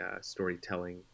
storytelling